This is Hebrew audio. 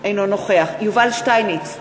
אינו נוכח יובל שטייניץ,